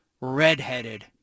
redheaded